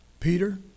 Peter